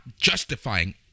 justifying